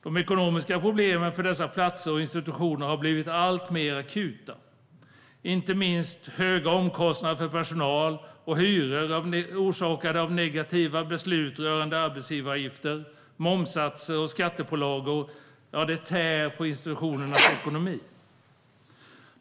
De ekonomiska problemen för dessa platser och institutioner har blivit alltmer akuta. Inte minst höga omkostnader för personal och hyror orsakade av negativa beslut rörande arbetsgivaravgifter, momssatser och skattepålagor tär på institutionernas ekonomi.